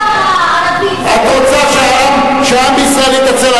את רוצה שהעם בישראל יתנצל.